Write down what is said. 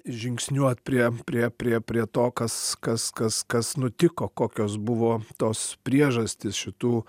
žingsniuot prie prie prie prie to kas kas kas kas nutiko kokios buvo tos priežastys šitų